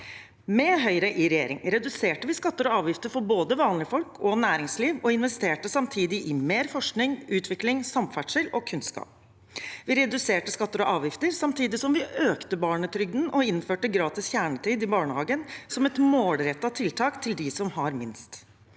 Med Høyre i regjering reduserte vi skatter og avgifter for både vanlige folk og næringsliv og investerte samtidig i mer forskning, utvikling, samferdsel og kunnskap. Vi reduserte skatter og avgifter, samtidig som vi økte barnetrygden og innførte gratis kjernetid i barnehagen som et målrettet tiltak til dem som har minst.